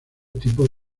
tipo